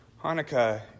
Hanukkah